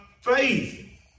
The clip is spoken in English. faith